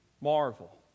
marvel